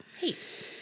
heaps